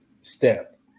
step